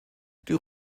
die